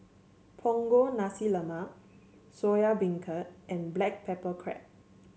Punggol Nasi Lemak Soya Beancurd and Black Pepper Crab